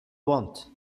want